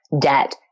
debt